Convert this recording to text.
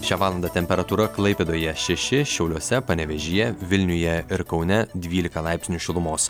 šią valandą temperatūra klaipėdoje šeši šiauliuose panevėžyje vilniuje ir kaune dvylika laipsnių šilumos